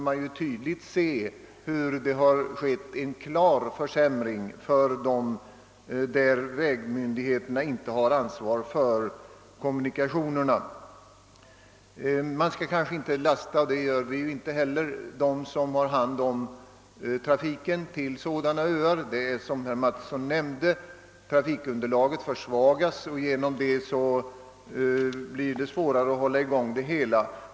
Det var tydligt, att det blivit en klar försämring till följd av att vägmyndigheterna där inte har ansvaret för kommunikationerna. Nu kanske man inte skall lasta dem som har hand om trafiken till dessa öar — och det gör vi inte heller. Som herr Mattsson nämnde försvagas trafikunderlaget, och härigenom blir det svårare att hålla i gång trafiken.